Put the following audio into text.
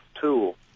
tool